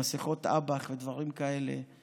במסכות אב"כ ודברים כאלה.